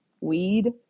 weed